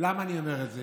למה אני אומר את זה?